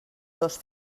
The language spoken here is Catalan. dos